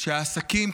שהעסקים,